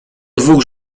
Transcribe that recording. dwóch